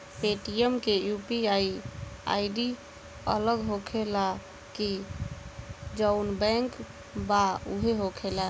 Paytm के UPI ID अलग होखेला की जाऊन बैंक के बा उहे होखेला?